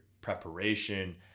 preparation